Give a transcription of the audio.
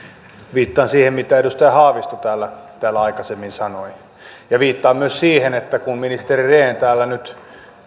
viittaan siihen mitä edustaja haavisto täällä täällä aikaisemmin sanoi ja viittaan myös siihen että kun ministeri rehn täällä nyt